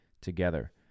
together